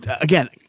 again